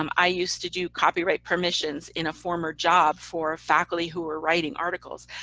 um i used to do copyright permissions in a former job for a faculty who were writing articles,